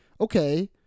okay